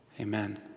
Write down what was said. Amen